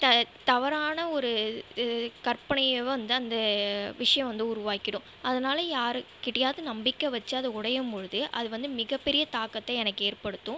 த தவறான ஒரு இது கற்பனையை வந்து அந்த விஷயம் வந்து உருவாக்கிடும் அதனால யாருக்கிட்டயாது நம்பிக்கை வச்சி அது உடையும்பொழுது அது வந்து மிகப்பெரிய தாக்கத்தை எனக்கு ஏற்படுத்தும்